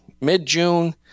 mid-June